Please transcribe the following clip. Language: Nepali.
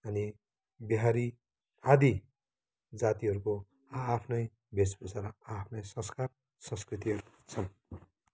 अनि बिहारी आदि जातिहरूको आ आफ्नै वेशभूषा र आ आफ्नै संस्कार संस्कृतिहरू छ